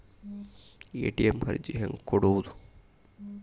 ATM ಅರ್ಜಿ ಹೆಂಗೆ ಕೊಡುವುದು?